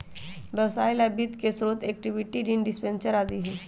व्यवसाय ला वित्त के स्रोत इक्विटी, ऋण, डिबेंचर आदि हई